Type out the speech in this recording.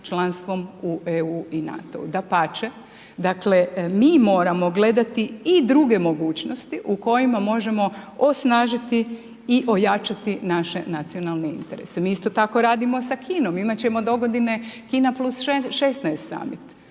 članstvom u EU i NATO-u, dapače, dakle mi moramo gledati i druge mogućnosti u kojima možemo osnažiti i ojačati naše nacionalne interese. Mi isto tako radimo sa Kinom, imat ćemo do dogodine Kina +16 summit.